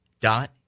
dot